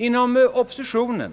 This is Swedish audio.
Inom oppositionen